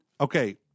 Okay